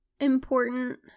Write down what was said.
important